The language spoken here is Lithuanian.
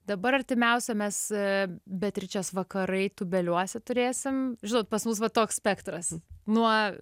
dabar artimiausia mes beatričės vakarai tubeliuose turėsim žinot pas mus vat toks spektras nuo